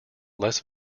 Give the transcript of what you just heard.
less